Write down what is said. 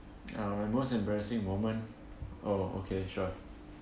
ya my most embarrassing moment oh okay sure